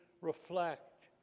reflect